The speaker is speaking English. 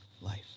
life